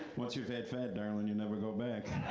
once you've had fat, darling, you never go back.